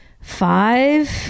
Five